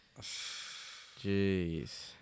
jeez